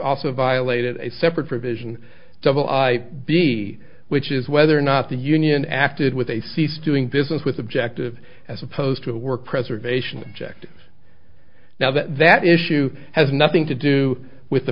also violated a separate provision double i b which is whether or not the union acted with a cease doing business with objective as opposed to a work preservation object now that that issue has nothing to do with the